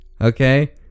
Okay